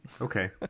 Okay